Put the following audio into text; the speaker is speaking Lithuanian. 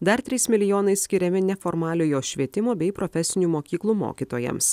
dar trys milijonai skiriami neformaliojo švietimo bei profesinių mokyklų mokytojams